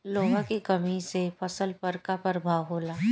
लोहा के कमी से फसल पर का प्रभाव होला?